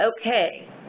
okay